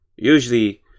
Usually